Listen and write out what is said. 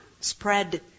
spread